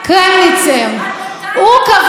והוסיף,